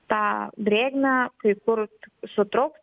tą drėgmę kai kur sutrauks